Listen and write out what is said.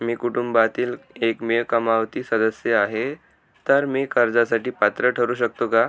मी कुटुंबातील एकमेव कमावती सदस्य आहे, तर मी कर्जासाठी पात्र ठरु शकतो का?